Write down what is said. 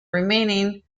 remaining